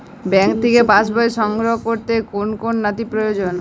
Bank থেকে pass বই সংগ্রহ করতে কোন কোন নথি প্রয়োজন?